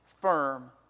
firm